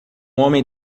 homem